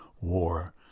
war